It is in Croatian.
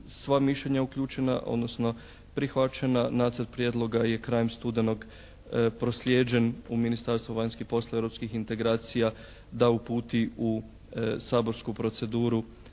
sva mišljenja uključena odnosno prihvaćena nacrt prijedloga je krajem studenog proslijeđen u Ministarstvo vanjskih poslova i europskih integracija da uputi u saborsku proceduru